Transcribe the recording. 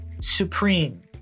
supreme